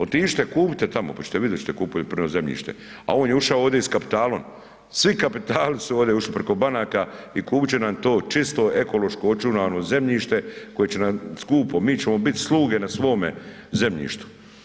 Otiđite kupite tamo, pa ćete vidit hoćete li poljoprivredno zemljište, a on je ušao ovdje i s kapitalom, svi kapitali su ovdje ušli preko banaka, i kupit će nam to čisto ekološko očuvano zemljište koje će nam skupo, mi ćemo bit sluge na svome zemljištu.